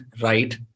right